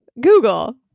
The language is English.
Google